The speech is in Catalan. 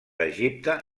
egipte